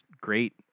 great